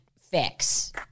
fix